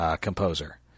composer